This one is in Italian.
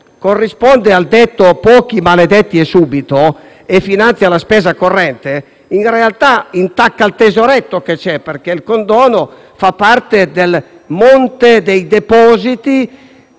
corrisponde al detto «Pochi, maledetti e subito» e finanzia la spesa corrente, in realtà intacca il tesoretto che c'è, perché il condono fa parte del monte dei depositi